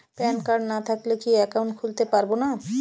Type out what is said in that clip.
Pan card না থাকলে কি একাউন্ট খুলতে পারবো না?